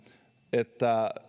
että